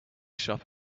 shop